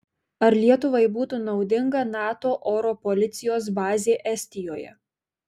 ar lietuvai būtų naudinga nato oro policijos bazė estijoje